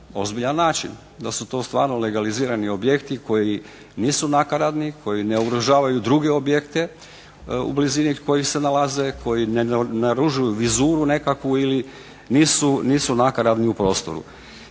ozbiljan način, da su to stvarno legalizirani objekti koji nisu nakaradni, koji ne ugrožavaju druge objekte u blizini kojih se nalaze, koji ne naružuju vizuru nekakvu ili nisu nakaradni u prostoru.